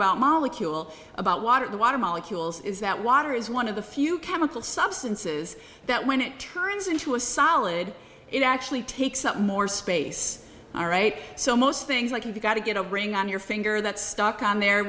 about molecule about water the water molecules is that water is one of the few chemical substances that when it turns into a solid it actually takes up more space all right so most things like you got to get a ring on your finger that's stuck on